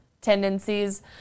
tendencies